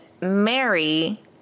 Mary